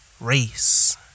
race